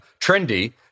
trendy